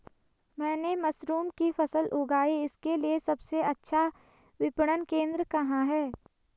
मैंने मशरूम की फसल उगाई इसके लिये सबसे अच्छा विपणन केंद्र कहाँ है?